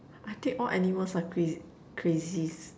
I think all animals are cr~ crazies